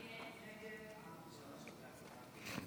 הסתייגות 53 לא נתקבלה.